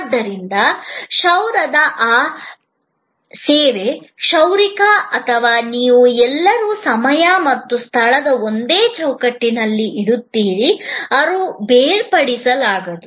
ಆದ್ದರಿಂದ ಕ್ಷೌರದ ಆ ಸೇವೆ ಕ್ಷೌರಿಕ ಮತ್ತು ನೀವು ಎಲ್ಲರೂ ಸಮಯ ಮತ್ತು ಸ್ಥಳದ ಒಂದೇ ಚೌಕಟ್ಟಿನಲ್ಲಿ ಇರುತ್ತಾರೆ ಇದು ಬೇರ್ಪಡಿಸಲಾಗದು